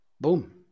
boom